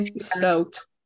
Stoked